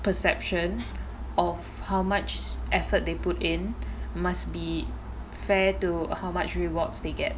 perception of how much effort they put in must be fair to how much rewards they get